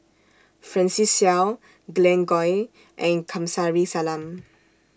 Francis Seow Glen Goei and Kamsari Salam